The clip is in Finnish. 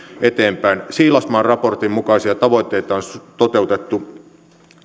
eteenpäin siilasmaan raportin mukaisista tavoitteista on toteutettu